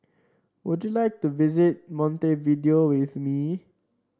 would you like to visit Montevideo with me